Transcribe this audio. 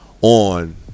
On